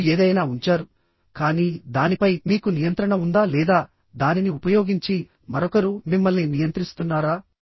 మీరు ఏదైనా ఉంచారు కానీ దానిపై మీకు నియంత్రణ ఉందా లేదా దానిని ఉపయోగించి మరొకరు మిమ్మల్ని నియంత్రిస్తున్నారా